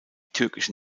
türkische